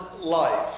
life